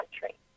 country